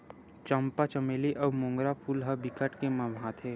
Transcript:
चंपा, चमेली अउ मोंगरा फूल ह बिकट के ममहाथे